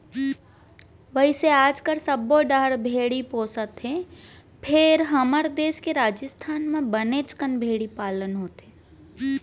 वैसे आजकाल सब्बो डहर भेड़ी पोसत हें फेर हमर देस के राजिस्थान म बनेच कन भेड़ी पालन होथे